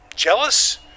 Jealous